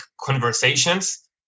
conversations